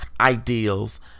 ideals